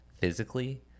physically